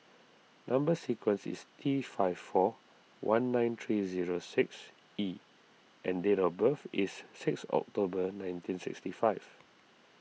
Number Sequence is T five four one nine three zero six E and date of birth is six October nineteen sixty five